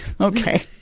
okay